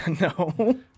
no